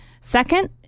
Second